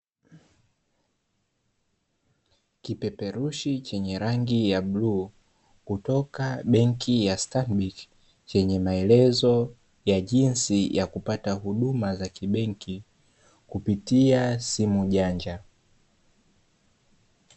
Kipeperushi chenye rangi ya bluu, kutoka benki ya "stanbic", chenye maeleze ya jinsi ya kupata huduma za kibenki, kupitia simu janja.